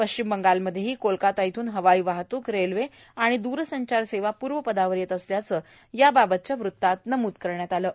पश्चिम बंगालमध्येही कोलकाता इथून हवाई वाहतूक रेल्वे आणि दूरसंचार सेवा पूर्वपदावर येत असल्याचं याबाबतच्या वृत्तात म्हटलं आहे